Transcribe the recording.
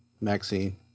Maxine